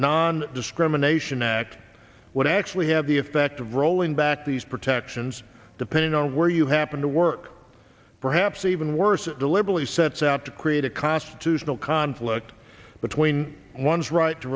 non discrimination act would actually have the effect of rolling back these protections depending on where you happen to work perhaps even worse deliberately sets out to create a constitutional conflict between one's right t